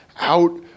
out